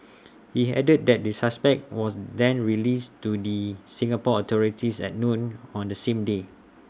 he added that the suspect was then released to the Singapore authorities at noon on the same day